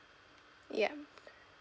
yup